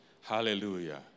Hallelujah